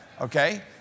okay